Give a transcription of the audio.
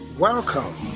Welcome